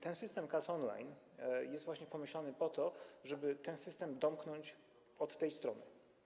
Ten system kas on-line jest pomyślany po to, żeby ten system domknąć od tej strony.